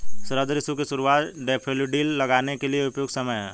शरद ऋतु की शुरुआत डैफोडिल लगाने के लिए उपयुक्त समय है